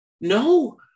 no